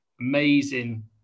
amazing